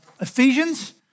Ephesians